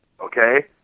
Okay